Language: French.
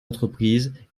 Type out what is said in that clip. entreprises